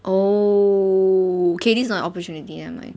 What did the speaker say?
okay this not an opportunity nevermind